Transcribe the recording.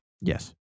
Yes